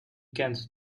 kent